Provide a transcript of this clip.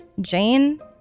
Jane